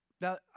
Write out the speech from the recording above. Now